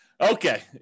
okay